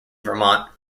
vermont